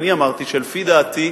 אני אמרתי שלפי דעתי,